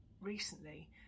recently